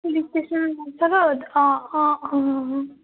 police station অঁ অঁ অঁ অঁ